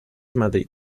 madrid